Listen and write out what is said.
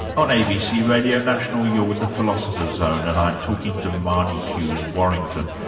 on abc radio national you're with the philosopher's zone, and i'm talking to marnie hughes-warrington,